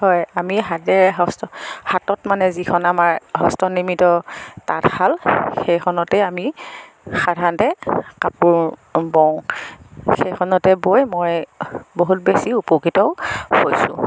হয় আমি হাতেৰে হস্ত হাতত মানে যিখন আমাৰ হস্ত নিৰ্মিত তাতশাল সেইখনতে আমি সাধাৰণতে কাপোৰ বওঁ সেইখনতে বৈ মই বহুত বেচি উপকৃতও হৈছোঁ